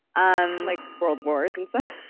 um like world wars and such,